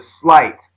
slight